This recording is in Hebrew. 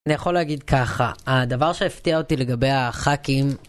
אני יכול להגיד ככה הדבר שהפתיע אותי לגבי הח"כים.